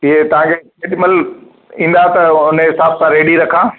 हीअ तव्हां खे केॾी महिल ईंदा त उन्हीअ हिसाब सां रेडी रखां